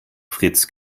fritz